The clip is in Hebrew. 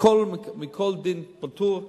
מכל דין פטור,